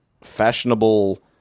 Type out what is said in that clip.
fashionable